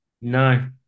No